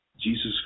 Jesus